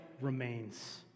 remains